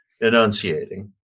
enunciating